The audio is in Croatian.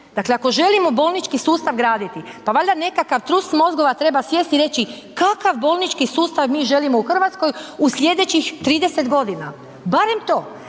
Dakle, ako želimo bolnički sustav graditi, pa valjda nekakav trust mozgova treba sjesti i reći kakav bolnički sustav mi želimo u Hrvatskoj u slijedećih 30 godina, barem to.